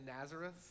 Nazareth